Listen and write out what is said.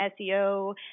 SEO